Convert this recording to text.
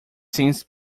since